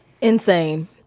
Insane